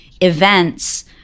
events